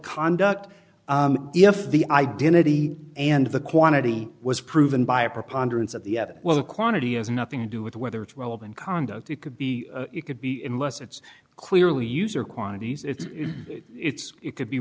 conduct if the identity and the quantity was proven by a preponderance of the well the quantity has nothing to do with whether it's relevant conduct it could be it could be in less it's clearly user quantities it's it's it could be